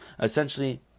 Essentially